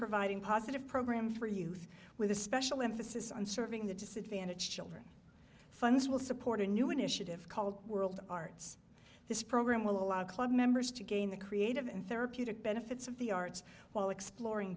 providing positive program for youth with a special emphasis on serving the disadvantaged children funds will support a new initiative called world arts this program will allow club members to gain the creative and therapeutic benefits of the arts while exploring